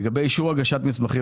לגבי אישור הגשת מסמכים,